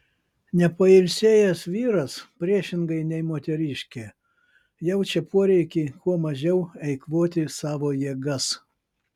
nepailsėjęs vyras priešingai nei moteriškė jaučia poreikį kuo mažiau eikvoti savo jėgas